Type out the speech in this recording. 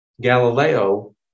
Galileo